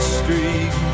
street